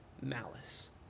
malice